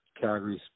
Calgary's